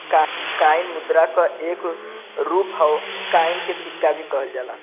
coin मुद्रा क एक रूप हौ कॉइन के सिक्का भी कहल जाला